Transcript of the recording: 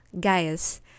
Guys